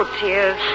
tears